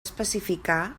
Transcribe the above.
especificar